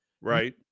Right